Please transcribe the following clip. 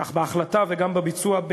כך בהחלטה וגם בביצוע,